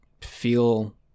feel